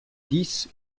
dix